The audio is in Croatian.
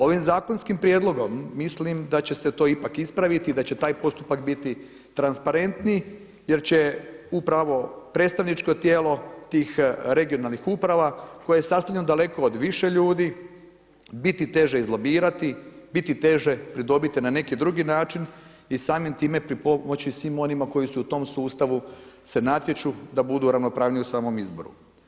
Ovim zakonskim prijedlogom mislim da će se to ipak ispraviti i da će taj postupak biti transparentniji jer će upravo predstavničko tijelo tih regionalnih uprava koje je sastavljeno daleko od više ljudi, biti teže izlobirati, biti teže pridobiti na neki drugi način i samim time pripomoći svim onima koji se u tom sustavu se natječu da budu ravnopravniji u samom izboru.